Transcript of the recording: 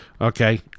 Okay